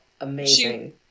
amazing